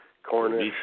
Cornish